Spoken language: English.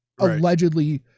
allegedly